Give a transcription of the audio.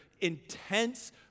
intense